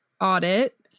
audit